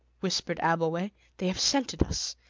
whispered abbleway they have scented us.